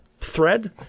thread